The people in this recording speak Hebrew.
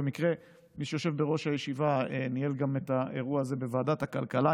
במקרה מי שיושב בראש הישיבה ניהל גם את האירוע הזה בוועדת הכלכלה,